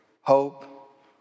hope